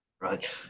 Right